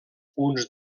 punts